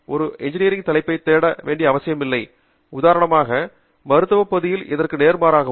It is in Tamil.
ஒரு இன்ஜினியரிங் தலைப்பைத் தேட வேண்டிய அவசியமில்லை உதாரணமாக மருத்துவ பகுதியிலும் இதற்கு நேர்மாறாகவும்